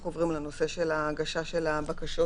אנחנו עוברים לנושא ההגשה של בקשות,